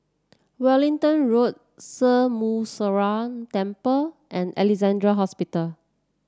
Wellington Road Sri Muneeswaran Temple and Alexandra Hospital